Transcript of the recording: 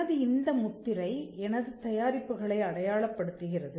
எனது இந்த முத்திரை எனது தயாரிப்புகளை அடையாளப்படுத்துகிறது